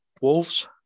Wolves